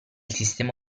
sistema